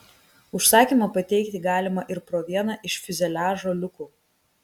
užsakymą pateikti galima ir pro vieną iš fiuzeliažo liukų